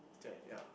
ya